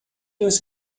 você